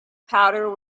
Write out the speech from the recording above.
powder